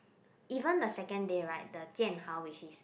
even the second day right the Jian Hao which is